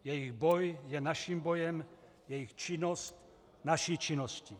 Jejich boj je naším bojem, jejich činnost, naší činností.